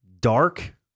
dark